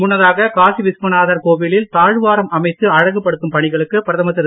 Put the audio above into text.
முன்னதாக காசி விஸ்வநாதர் கோவிலில் தாழ்வாரம் அமைத்து அழகுபடுத்தும் பணிகளுக்கு பிரதமர் திரு